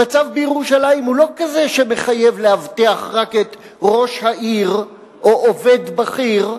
המצב בירושלים הוא לא כזה שמחייב לאבטח רק את ראש העיר או עובד בכיר.